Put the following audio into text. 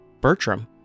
Bertram